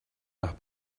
nach